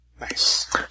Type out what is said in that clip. Nice